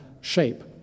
shape